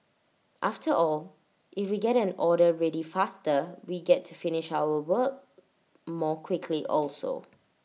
after all if we get an order ready faster we get to finish our work more quickly also